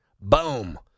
Boom